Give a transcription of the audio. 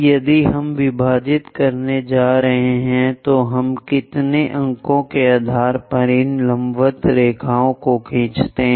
यदि हम विभाजित करने जा रहे हैं तो हम कितने अंकों के आधार पर इन लंबवत रेखाओं को खींचते हैं